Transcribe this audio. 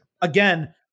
Again